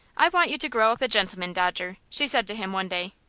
i want you to grow up a gentleman, dodger, she said to him one day.